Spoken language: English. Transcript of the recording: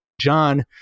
John